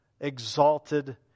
exalted